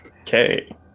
okay